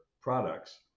products